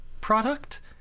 product